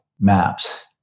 MAPS